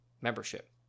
membership